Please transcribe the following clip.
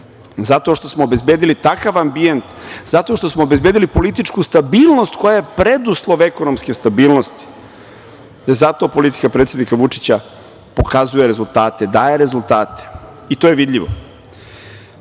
što smo obezbedili takav ambijent, zato što smo obezbedili političku stabilnost koja je preduslov ekonomske stabilnosti. Zato politika predsednika Vučića pokazuje rezultate, daje rezultate. I to je vidljivo. Moram